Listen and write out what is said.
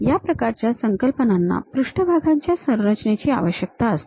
या प्रकारच्या संकल्पनांना पृष्ठभागाच्या संरचनेची आवश्यकता असते